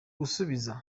gusubiza